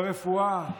ברפואה,